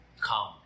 Come